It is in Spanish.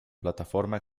plataforma